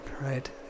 right